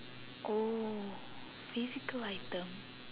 oh physical item